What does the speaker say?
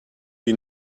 you